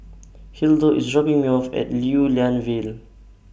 Hildur IS dropping Me off At Lew Lian Vale